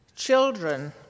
Children